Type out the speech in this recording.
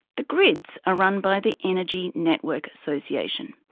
the grids are run by the energy network association,